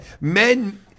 Men